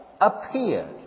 appeared